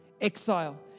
exile